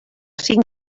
cinc